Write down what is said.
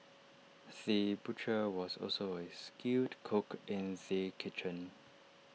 the butcher was also A skilled cook in the kitchen